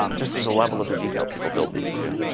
um just as a level of the detail people build these to.